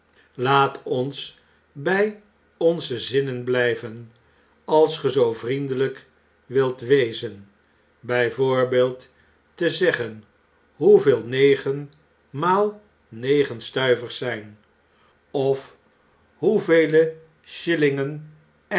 laat ons bij onze zinnen blijven als ge zoo vriendelijk wildet wezen bij voorbeeld te zeggen hoeveel negenmaal negen stuivers zjn of hoevele